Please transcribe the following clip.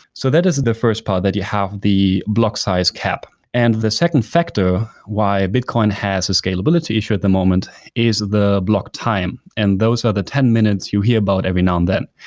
so that is the first part, that you have the block size cap. and the second factor why bitcoin has a scalability issue at the moment is the block time, and those are the ten minutes you hear about every now and then.